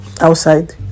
outside